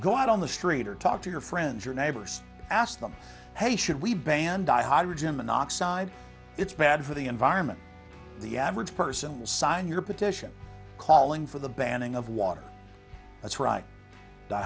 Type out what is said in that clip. go out on the street or talk to your friends your neighbors ask them hey should we ban dihydrogen monoxide it's bad for the environment the average person will sign your petition calling for the banning of water that's right